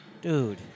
Dude